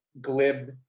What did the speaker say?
glib